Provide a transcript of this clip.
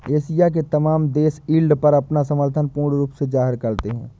Asia के तमाम देश यील्ड पर अपना समर्थन पूर्ण रूप से जाहिर करते हैं